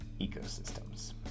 ecosystems